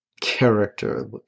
character